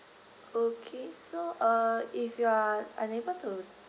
okay so uh if you are unable to